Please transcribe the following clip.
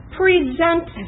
present